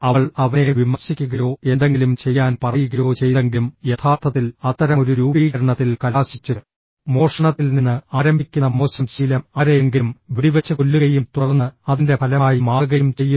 അവൾ അവനെ വിമർശിക്കുകയോ എന്തെങ്കിലും ചെയ്യാൻ പറയുകയോ ചെയ്തെങ്കിലും യഥാർത്ഥത്തിൽ അത്തരമൊരു രൂപീകരണത്തിൽ കലാശിച്ചു മോഷണത്തിൽ നിന്ന് ആരംഭിക്കുന്ന മോശം ശീലം ആരെയെങ്കിലും വെടിവച്ച് കൊല്ലുകയും തുടർന്ന് അതിൻറെ ഫലമായി മാറുകയും ചെയ്യുന്നു